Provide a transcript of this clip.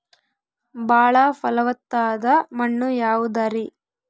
ಬಾಳ ಫಲವತ್ತಾದ ಮಣ್ಣು ಯಾವುದರಿ?